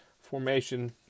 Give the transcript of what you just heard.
formation